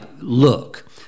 look